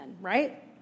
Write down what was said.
right